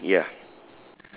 it's blue ya